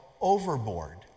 overboard